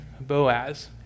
Boaz